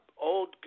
old